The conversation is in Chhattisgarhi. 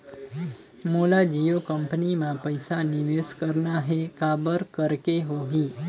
मोला जियो कंपनी मां पइसा निवेश करना हे, काबर करेके होही?